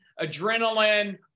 adrenaline